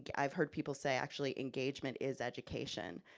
yeah i've heard people say actually, engagement is education.